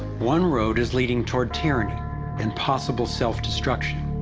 one road is leading toward tyranny and possible self-destruction.